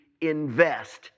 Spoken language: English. invest